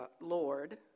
Lord